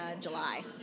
July